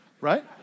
right